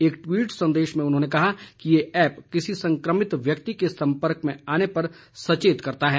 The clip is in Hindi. एक ट्वीट संदेश में उन्होंने कहा कि यह ऐप किसी संक्रमित व्यक्ति के संपर्क में आने पर सचेत करता है